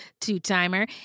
Two-timer